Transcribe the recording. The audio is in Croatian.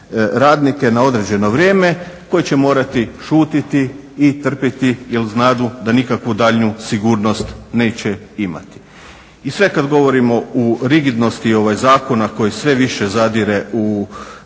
radnike na određeno vrijeme koji će morati šutiti i trpiti jer znadu da nikakvu daljnju sigurnost neće imati. I sve kad govorimo o rigidnosti zakona koji sve više zadire u